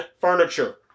furniture